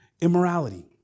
immorality